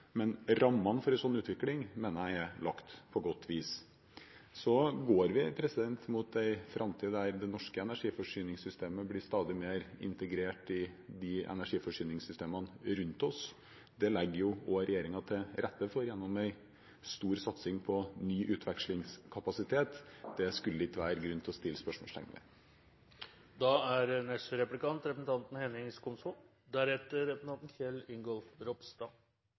Men rammene for en slik utvikling mener jeg er lagt på godt vis. Så går vi mot en framtid der det norske energiforsyningssystemet blir stadig mer integrert i energiforsyningssystemene rundt oss. Det legger også regjeringen til rette for gjennom en stor satsing på ny utvekslingskapasitet. Det skulle det ikke være grunn til å sette spørsmålstegn